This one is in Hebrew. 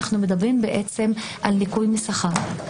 אנחנו מדברים על ניכוי משכר.